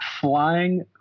flying